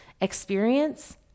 experience